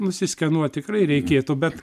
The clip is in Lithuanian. nusistekuot tikrai reikėtų bet